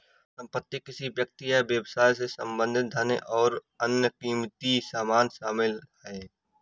संपत्ति किसी व्यक्ति या व्यवसाय से संबंधित धन और अन्य क़ीमती सामान शामिल हैं